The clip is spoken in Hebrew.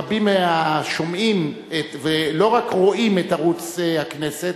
רבים שומעים ולא רק רואים את ערוץ הכנסת,